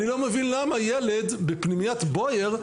אני לא מבין למה ילד בפנימיית "בויאר"